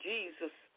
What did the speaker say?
Jesus